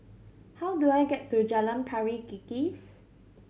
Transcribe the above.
how do I get to Jalan Pari Kikis